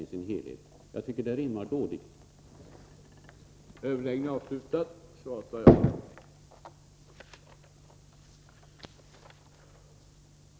Jag tycker att det rimmar dåligt med det förfarande som tillämpas i övrigt.